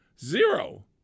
Zero